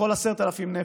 לכל 10,000 נפש,